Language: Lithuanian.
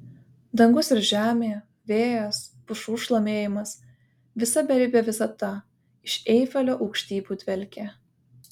dangus ir žemė vėjas pušų šlamėjimas visa beribė visata iš eifelio aukštybių dvelkė